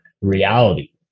reality